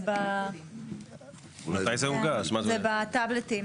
נמצא בטבלט.